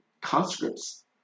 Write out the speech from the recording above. conscripts